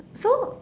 so